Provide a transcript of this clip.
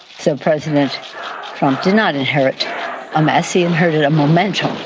some presidents do not inherit a mess. he inherited a momentous